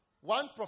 One